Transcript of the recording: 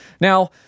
Now